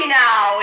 now